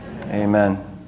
amen